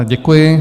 Děkuji.